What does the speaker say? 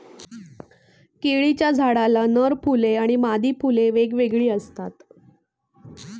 केळीच्या झाडाला नर फुले आणि मादी फुले वेगवेगळी असतात